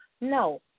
no